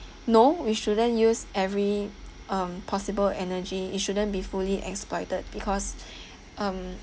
no we shouldn't use every um possible energy it shouldn't be fully exploited because um